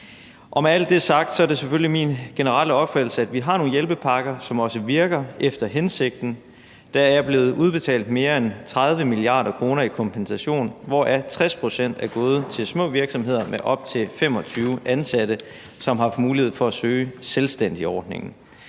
op. Med alt det sagt er det selvfølgelig min generelle opfattelse, at vi har nogle hjælpepakker, som også virker efter hensigten. Der er blevet udbetalt mere ende 30 mia. kr. i kompensation, hvoraf 60 pct. er gået til små virksomheder med op til 25 ansatte, som har haft mulighed for at søge selvstændigordningen.